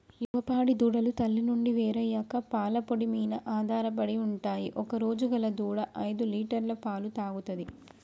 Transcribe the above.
యువ పాడి దూడలు తల్లి నుండి వేరయ్యాక పాల పొడి మీన ఆధారపడి ఉంటయ్ ఒకరోజు గల దూడ ఐదులీటర్ల పాలు తాగుతది